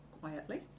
quietly